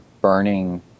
burning